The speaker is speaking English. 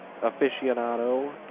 aficionado